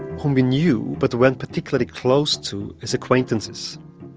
um we knew but weren't particularly close to as acquaintances.